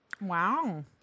Wow